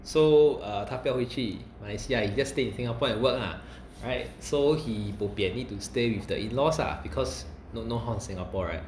so uh 她不要回去马来西亚 he just stay in Singapore and work ah right so he bopian need to stay with the in-laws lah cause no no house in Singapore right